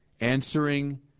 answering